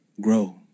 grow